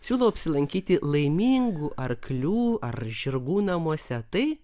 siūlau apsilankyti laimingų arklių ar žirgų namuose tai